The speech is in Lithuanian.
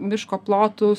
miško plotus